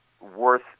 worth